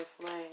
flame